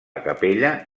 capella